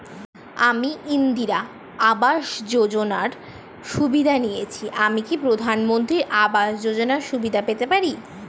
আমি ইন্দিরা আবাস যোজনার সুবিধা নেয়েছি আমি কি প্রধানমন্ত্রী আবাস যোজনা সুবিধা পেতে পারি?